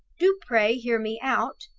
do pray hear me out.